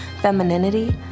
femininity